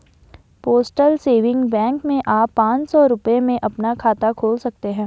postal saving bank में आप पांच सौ रूपये में अपना खाता खोल सकते हैं